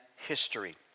history